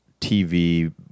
TV